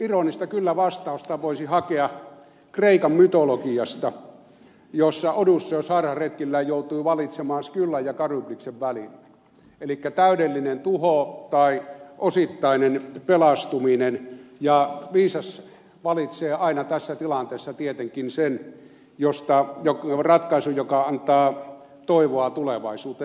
ironista kyllä vastausta voisi hakea kreikan mytologiasta jossa odysseus harharetkillään joutui valitsemaan skyllan ja kharybdiksen välillä elikkä täydellisen tuhon tai osittaisen pelastumisen ja viisas valitsee aina tässä tilanteessa tietenkin sen ratkaisun joka antaa toivoa tulevaisuuteen